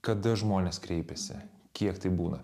kada žmonės kreipiasi kiek tai būna